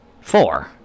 Four